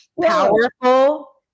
Powerful